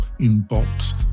inbox